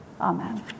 Amen